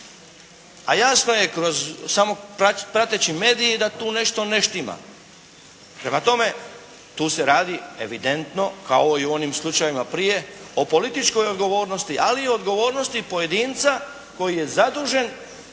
a jasno je samo kroz prateći medije, da tu nešto ne štima. Prema tome tu se radi evidentno kao i u onim slučajevima prije, o političkoj odgovornosti, ali i odgovornosti pojedinca koji je zadužen,